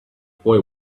boy